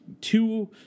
two